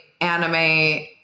anime